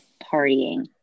partying